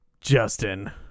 Justin